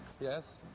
yes